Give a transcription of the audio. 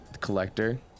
collector